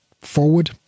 forward